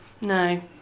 No